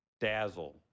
dazzle